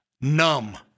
numb